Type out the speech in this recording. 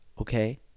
okay